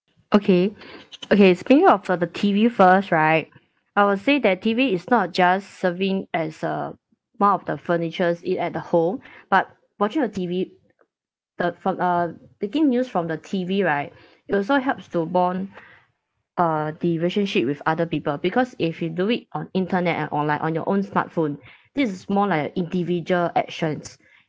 okay okay speaking of uh the T_V first right I will say that T_V is not just serving as a one of the furnitures it at home but watching a T_V the f~ uh taking news from the T_V right it also helps to bond uh the relationship with other people because if we do it on internet and online on your own smartphone this is more like individual actions